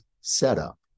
setup